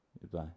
goodbye